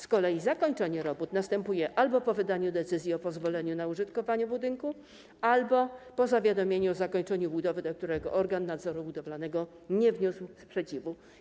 Z kolei zakończenie robót następuje albo po wydaniu decyzji o pozwoleniu na użytkowanie budynku, albo po zawiadomieniu o zakończeniu budowy, wobec którego organ nadzoru budowlanego nie wniósł sprzeciwu.